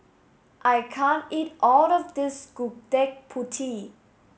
I can't eat all of this Gudeg Putih